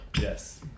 Yes